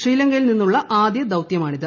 ശ്രീലങ്കയിൽ നിന്നുള്ള ആദ്യ ദൌതൃമാണിത്